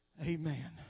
Amen